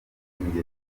kubyutsa